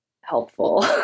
helpful